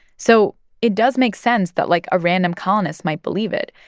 so it does make sense that, like, a random colonist might believe it.